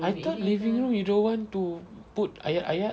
I thought living room you don't want to put ayat-ayat